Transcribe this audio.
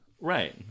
Right